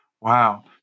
Wow